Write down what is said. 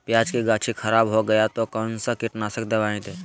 प्याज की गाछी खराब हो गया तो कौन सा कीटनाशक दवाएं दे?